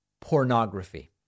pornography